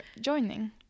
joining